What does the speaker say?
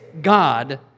God